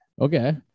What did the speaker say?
okay